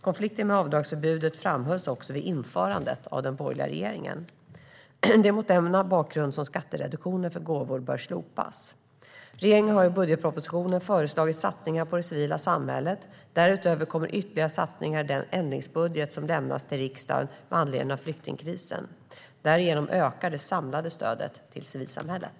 Konflikten med avdragsförbudet framhölls också vid införandet av den borgerliga regeringen. Det är mot denna bakgrund som skattereduktionen för gåvor bör slopas. Regeringen har i budgetpropositionen föreslagit satsningar på det civila samhället. Därutöver kommer ytterligare satsningar i den ändringsbudget som lämnas till riksdagen med anledning av flyktingkrisen. Därigenom ökar det samlade stödet till civilsamhället.